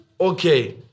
Okay